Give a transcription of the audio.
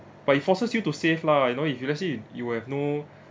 but it forces you to save lah you know if you let's say you have no